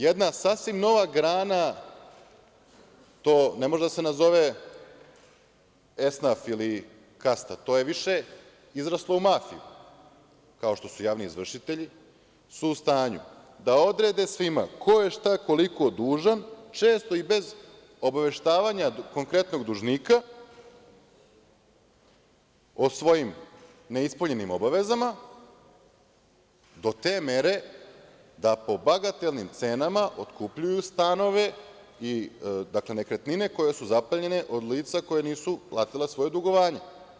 Jedna sasvim nova grana, to ne može da se nazove esnaf ili kasta, to je više izraslo u mafiju, kao što su javni izvršitelji, su u stanju da odrede svima ko je šta, koliko dužan, često i bez obaveštavanja konkretnog dužnika o svojim neispunjenim obavezama, do te mere da po bagatelnim cenama otkupljuju stanove, dakle, nekretnine koje su zaplenjene od lica koja nisu platila svoja dugovanja.